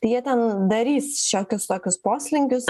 tai jie ten darys šiokius tokius poslinkius